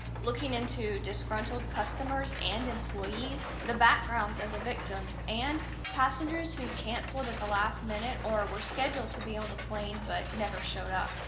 looking into disgruntled customers and employees, the backgrounds of the victims and passengers who cancelled at the last minute or were scheduled to be on the plane but never showed up.